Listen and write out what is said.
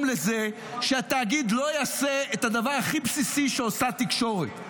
לזה שהתאגיד לא יעשה את הדבר הכי בסיסי שעושה תקשורת,